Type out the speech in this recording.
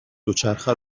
دوچرخه